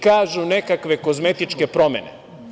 Kažu – nekakve kozmetičke promene.